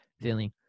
feeling